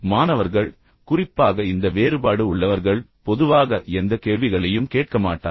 மாணவர்கள் குறிப்பாக இந்த வேறுபாடு உள்ளவர்கள் பொதுவாக எந்த கேள்விகளையும் கேட்க மாட்டார்கள்